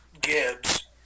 Gibbs